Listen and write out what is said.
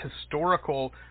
historical